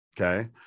okay